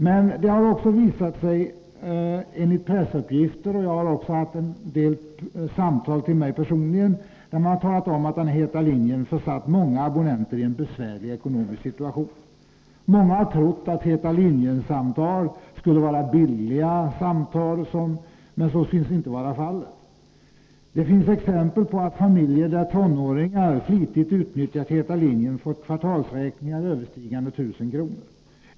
Men enligt pressuppgifter och vid de kontakter som tagits med mig personligen har det visat sig att ”heta linjen” försatt många abonnenter i en besvärlig ekonomisk situation. Man har trott att ”heta linjen” samtal skulle vara billiga lokalsamtal, men så synes inte vara fallet. Det finns exempel på att familjer, där tonåringar flitigt utnyttjat ”heta linjen”, fått kvartalsräkningar överstigande 1 000 kr.